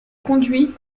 conduit